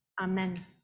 Amen